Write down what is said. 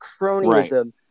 cronyism